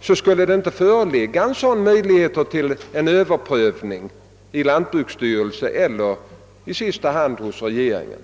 inte skulle finnas någon möjlighet till överprövning i lantbruksstyrelsen eller — i sista hand — hos regeringen.